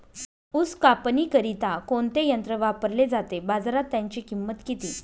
ऊस कापणीकरिता कोणते यंत्र वापरले जाते? बाजारात त्याची किंमत किती?